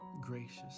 gracious